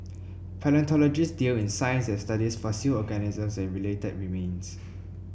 palaeontologists deal in science that studies fossil organisms and related remains